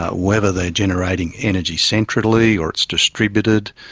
ah whether they're generating energy centrally or it's distributed,